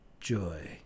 joy